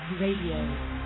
Radio